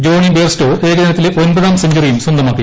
Johnny Bairstow ഏകദിനത്തിലെ ഒമ്പതാം സെഞ്ചറിയും സ്വന്തമാക്കി